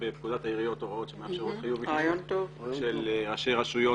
בפקודת העיריות יש הוראות שמאפשרות חיוב אישי של ראשי רשויות